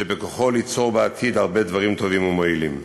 שבכוחו ליצור בעתיד הרבה דברים טובים ומועילים.